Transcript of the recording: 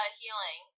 healing